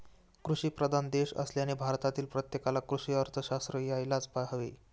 कृषीप्रधान देश असल्याने भारतातील प्रत्येकाला कृषी अर्थशास्त्र यायला हवे